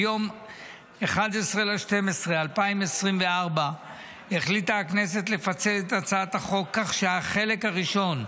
ביום 11 בדצמבר 2024 החליטה הכנסת לפצל את הצעת החוק כך שהחלק הראשון,